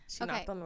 Okay